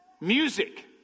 Music